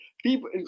People